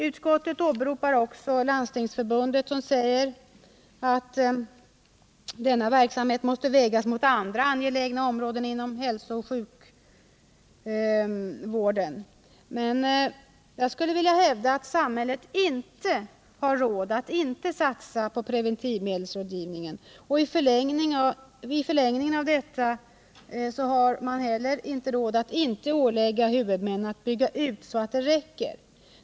Utskottet åberopar också Landstingsförbundet, som säger att denna verksamhet måste vägas mot andra angelägna områden inom hälsooch sjukvården. Men jag skulle vilja hävda att samhället inte har råd att inte satsa på preventivmedelsrådgivningen, och i förlängningen av detta har man heller inte råd att inte ålägga huvudmännen att bygga ut så att det räcker.